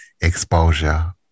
exposure